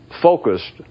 focused